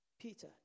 Peter